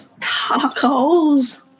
Tacos